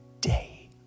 day